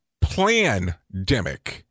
Plan-demic